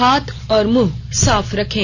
हाथ और मुंह साफ रखें